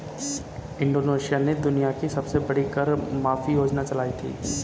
Indonesia ने दुनिया की सबसे बड़ी कर माफी योजना चलाई थी